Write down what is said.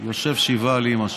יושב שבעה על אימא שלו,